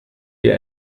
wir